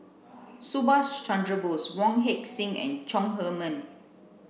Subhas Chandra Bose Wong Heck Sing and Chong Heman